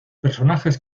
personajes